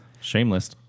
Shameless